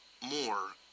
more